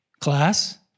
class